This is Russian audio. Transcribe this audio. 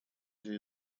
азия